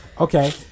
Okay